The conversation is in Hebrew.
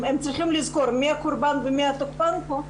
הם צריכים לזכור מי הקורבן ומי התוקפן פה.